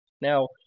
Now